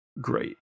great